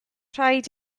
rhaid